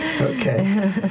Okay